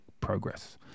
progress